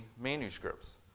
manuscripts